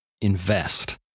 invest